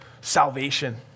salvation